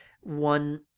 one